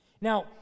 Now